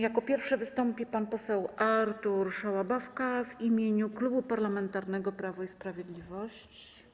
Jako pierwszy wystąpi pan poseł Artur Szałabawka w imieniu Klubu Parlamentarnego Prawo i Sprawiedliwość.